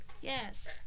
Yes